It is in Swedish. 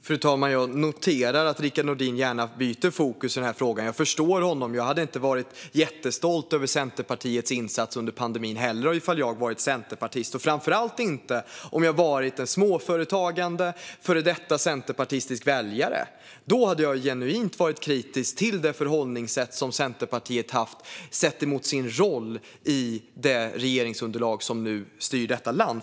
Fru talman! Jag noterar att Rickard Nordin gärna byter fokus i frågan. Jag förstår honom. Jag hade heller inte varit jättestolt över Centerpartiets insats under pandemin om jag varit centerpartist. Framför allt hade jag inte varit det om jag varit en småföretagande, före detta centerpartistisk väljare. Då hade jag varit genuint kritisk till det förhållningssätt som Centerpartiet haft i den roll man har i det regeringsunderlag som styr landet.